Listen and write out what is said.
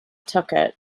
tucker